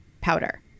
powder